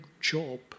job